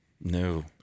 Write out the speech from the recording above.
No